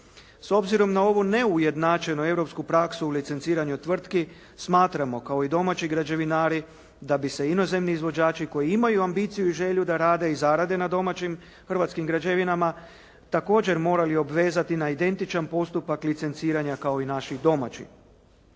S obzirom na ovu neujednačenu europsku praksu o licenciranju tvrtki smatramo kao i domaći građevinari da bi inozemni izvođači koji imaju ambiciju i želju da rade i zarade za domaćim hrvatskim građevinama također morali obvezati na identičan postupak licenciranja kao i naši domaći.